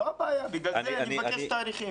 זו הבעיה, בגלל זה אני מבקש תאריכים.